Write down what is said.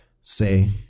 Say